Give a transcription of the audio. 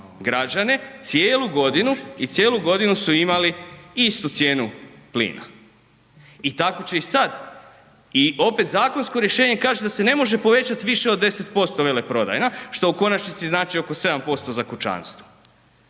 građane cijelu godinu i cijelu godinu su imali istu cijenu plina i tako će i sad i opet zakonsko rješenje kaže da se ne može povećat više od 10% veleprodajna, što u konačnici znači oko 7% za kućanstvo